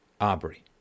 Aubrey